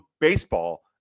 baseball